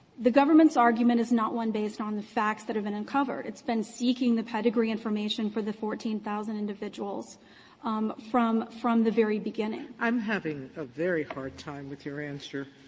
the government's argument is not one based on the facts that have been uncovered. it's been seeking the pedigree information for the fourteen thousand individuals um from from the very beginning. sotomayor i'm having a very hard time with your answer.